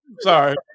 Sorry